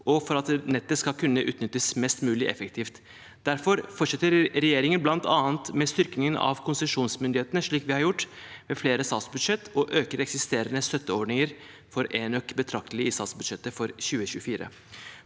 og for at nettet skal kunne utnyttes mest mulig effektivt. Derfor fortsetter regjeringen bl.a. med styrkingen av konsesjonsmyndighetene, slik vi har gjort i flere statsbudsjett, og øker betraktelig eksisterende støtteordninger for enøk i statsbudsjettet for 2024.